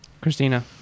Christina